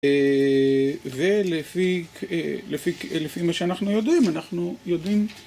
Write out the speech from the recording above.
ולפי מה שאנחנו יודעים, אנחנו יודעים